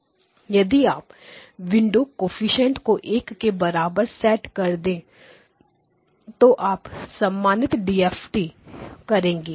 यदि आप सभी विंडो कोएफ़िशिएंट्स window coefficientsको एक के बराबर सेट कर दे तो आप सम्मानित DFT प्राप्त करेंगे